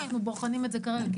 אנחנו בוחנים את זה כרגע.